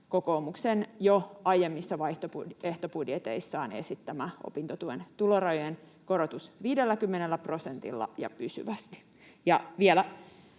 kokoomuksen jo aiemmissa vaihtoehtobudjeteissaan esittämä opintotuen tulorajojen korotus 50 prosentilla ja pysyvästi.